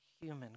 human